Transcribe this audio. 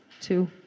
two